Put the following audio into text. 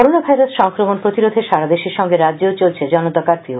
corona virus সংক্রমণ প্রতিরোধে সারা দেশের সঙ্গে রাজ্যেও চলছে জনতা কারফিউ